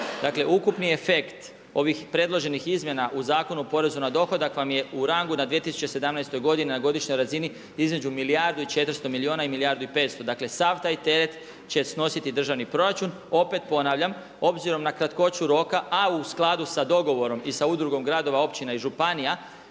Dakle ukupni efekt ovih predloženih izmjena u Zakonu o porezu na dohodak vam je u rangu na 2017. godini na godišnjoj razini između milijardu i 400 milijuna i milijardu i 500, dakle sav taj teret će snositi državni proračun. Opet ponavljam, obzirom na kratkoću roka, a u skladu sa dogovorim i sa Udrugom gradova, općina i županija